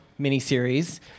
miniseries